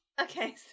Okay